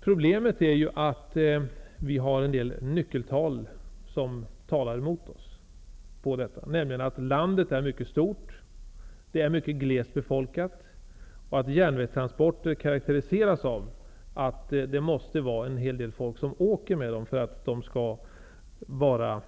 Problemet är att vi har en del nyckeltal som talar emot oss, nämligen att landet är mycket stort, att landet är mycket glest befolkat samt att järnvägstransporter karakteriseras så, att det måste vara en hel del folk som utnyttjar dem för att de skall vara